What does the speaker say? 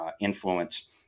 influence